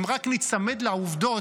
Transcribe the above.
אם רק ניצמד לעובדות,